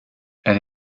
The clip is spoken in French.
elle